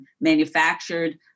manufactured